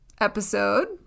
episode